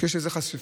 כשיש לזה חשיפה,